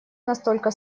настолько